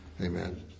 Amen